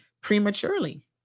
prematurely